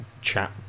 chat